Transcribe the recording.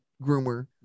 groomer